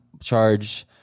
charge